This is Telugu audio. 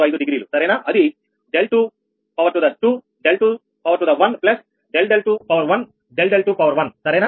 165 డిగ్రీ సరేనా అది 2221 ∆21 ∆21సరేనా